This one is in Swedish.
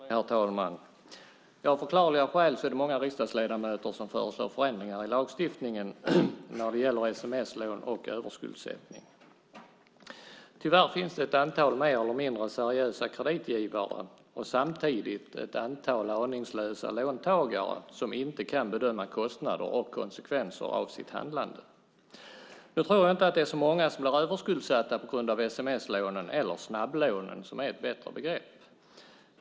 Herr talman! Av förklarliga skäl är det många riksdagsledamöter som föreslår förändringar i lagstiftningen om sms-lån och överskuldsättning. Tyvärr finns det ett antal mer eller mindre seriösa kreditgivare och samtidigt ett antal aningslösa låntagare som inte kan bedöma kostnader och konsekvenser av sitt handlande. Nu tror jag inte att det är så många som blir överskuldsatta på grund av sms-lånen eller snabblånen som är ett bättre begrepp.